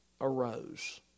arose